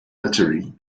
literary